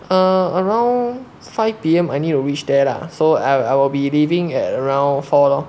err around five P_M I need to reach there lah so I'll I'll be leaving at around four lor